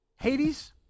hades